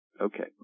Okay